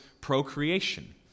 procreation